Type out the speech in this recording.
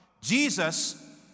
Jesus